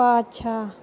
पाछाँ